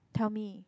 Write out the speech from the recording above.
tell me